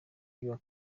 igihugu